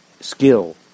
skill